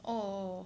oh